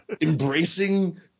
embracing